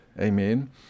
Amen